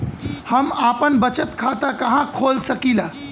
हम आपन बचत खाता कहा खोल सकीला?